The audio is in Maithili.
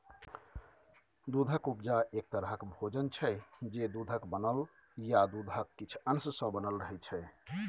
दुधक उपजा एक तरहक भोजन छै जे दुधक बनल या दुधक किछ अश सँ बनल रहय छै